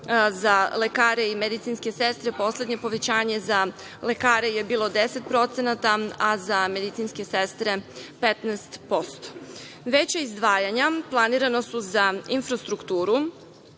za lekare i medicinske sestre. Poslednje povećanje za lekare je bilo 10% a za medicinske sestre 15%.Veća izdvajanja planirana su za infrastrukturu,